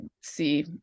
see